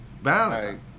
balance